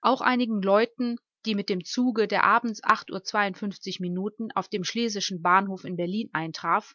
auch einigen leuten die mit dem zuge der abends uhr minuten auf dem schlesischen bahnhof in berlin eintraf